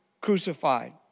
crucified